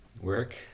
work